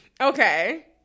Okay